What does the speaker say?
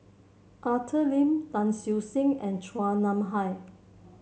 Arthur Lim Tan Siew Sin and Chua Nam Hai